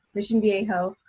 mission viejo,